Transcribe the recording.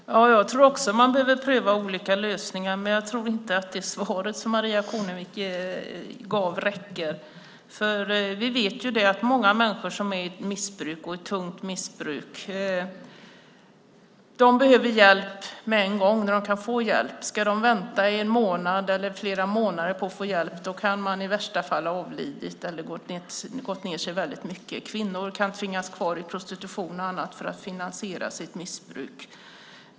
Fru talman! Jag tror också att man behöver pröva olika lösningar, men jag tror inte att det svar som Maria Kornevik Jakobsson gav räcker. Vi vet ju att många människor som är i ett tungt missbruk behöver hjälp med en gång, när de kan få hjälp. Ska de vänta i en eller flera månader på att få hjälp kan de i värsta fall ha avlidit eller gått ned sig väldigt mycket. Kvinnor kan tvingas kvar i prostitution och annat för att finansiera sitt missbruk.